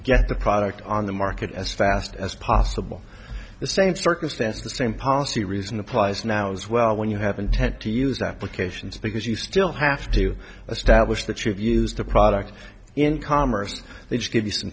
get the product on the market as fast as possible the same circumstance the same policy reason applies now as well when you have intent to use applications because you still have to establish that you've used the product in commerce they just give you some